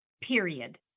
period